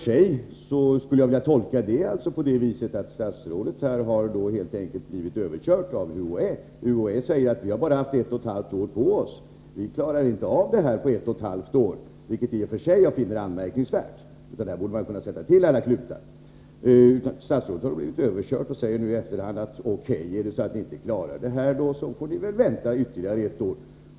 Jag skulle vilja tolka det hela på det viset att statsrådet helt enkelt har blivit överkörd av UHÄ. UHÄ säger att man bara har haft ett och ett halvt år på sig och att man inte klarar av detta på ett och ett halvt år, vilket jag i och för sig finner anmärkningsvärt. Man borde ha kunnat sätta till alla klutar. Statsrådet har blivit överkörd och säger nu i efterhand: O.K. — är det så att ni inte klarar detta, får ni väl vänta ytterligare ett år.